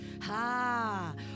Ha